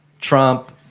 Trump